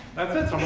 that's it.